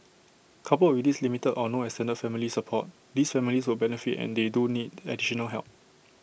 coupled with this limited or no extended family support these families would benefit and they do need additional help